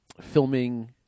filming